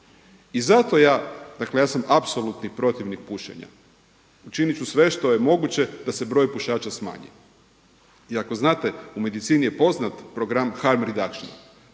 I zato ja, dakle ja sam apsolutni protivnik pušenja. Učinit ću sve što je moguće da se broj pušača smanji. I ako znate u medicini je poznat program … /Govornik